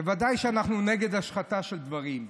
בוודאי שאנחנו נגד השחתה של דברים.